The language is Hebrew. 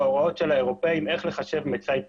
בהוראות של האירופים איך לחשב מצאי פליטות,